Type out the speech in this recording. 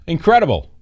Incredible